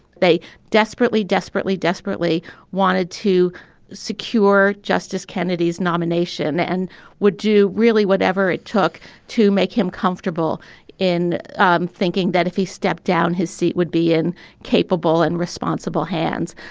they desperately, desperately, desperately wanted to secure justice kennedy's nomination and would do really whatever it took to make him comfortable in um thinking that if he stepped down, his seat would be in capable and responsible hands.